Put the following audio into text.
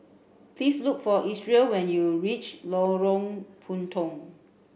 please look for Isreal when you reach Lorong Puntong